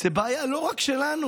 זו בעיה לא רק שלנו.